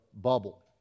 bubble